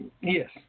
Yes